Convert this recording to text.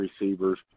receivers